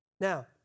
Now